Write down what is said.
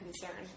concern